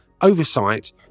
oversight